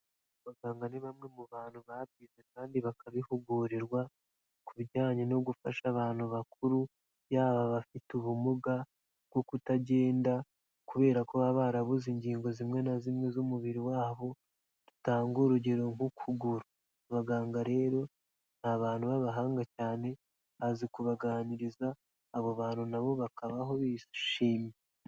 Abaganga ni bamwe mu bantu babyize kandi bakabihugurirwa ku bijyanye no gufasha abantu bakuru yaba abafite ubumuga bwo kutagenda kubera kuba barabuze ingingo zimwe na zimwe z'umubiri wabo, dutanga urugero nk'ukugura, abaganga rero ni abantu b'abahanga cyane, bazi kubaganiriza, abo bantu na bo bakabaho bishimye.